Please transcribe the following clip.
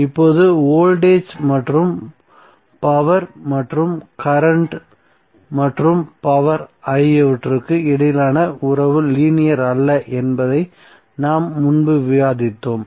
இப்போது வோல்டேஜ் மற்றும் பவர் மற்றும் கரண்ட்ம் மற்றும் பவர் ஆகியவற்றுக்கு இடையிலான உறவு லீனியர் அல்ல என்பதை நாம் முன்பு விவாதித்தோம்